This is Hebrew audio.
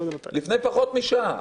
לפני פחות משעה,